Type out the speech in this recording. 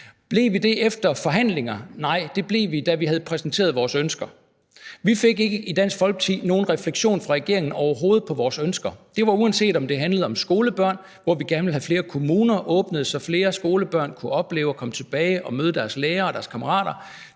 koble os af efter forhandlinger? Nej, det blev vi, da vi havde præsenteret vores ønsker. Vi fik ikke i Dansk Folkeparti nogen refleksion fra regeringen overhovedet på vores ønsker. Det var, uanset om det handlede om skolebørn, hvor vi gerne ville have flere kommuner åbnet, så flere skolebørn kunne opleve at komme tilbage og møde deres lærere og deres kammerater;